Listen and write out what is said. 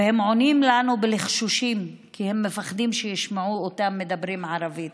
הם עונים לנו בלחשושים כי הם מפחדים שישמעו אותם מדברים ערבית,